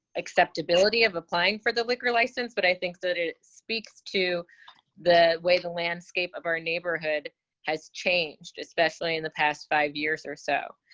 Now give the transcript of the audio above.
acceptability of applying for the liquor license, but i think that it speaks to the way the landscape of our neighborhood has changed, especially in the past five years or so.